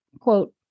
quote